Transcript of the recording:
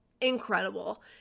incredible